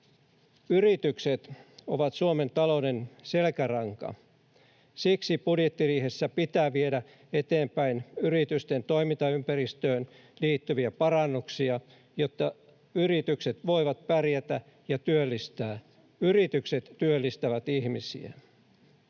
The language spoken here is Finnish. Yritykset ovat Suomen talouden selkäranka. Siksi budjettiriihessä pitää viedä eteenpäin yritysten toimintaympäristöön liittyviä parannuksia, jotta yritykset voivat pärjätä ja työllistää. Yritykset työllistävät ihmisiä.